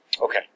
Okay